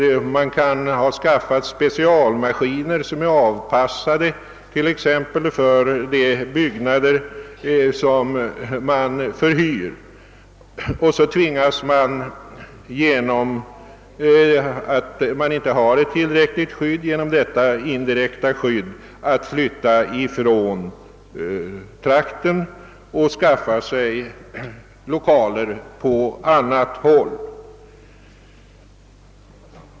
Industrin i fråga kan ha skaffat sig specialmaskiner, vilka är anpassade för de byggnader som för tillfället förhyrs. Genom att det inte föreligger ett tillräckligt skydd tvingas man flytta från trakten och skaffa sig lokaler på annat håll.